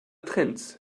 trends